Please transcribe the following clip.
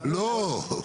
לא,